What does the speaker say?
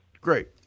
Great